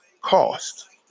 cost